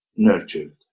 nurtured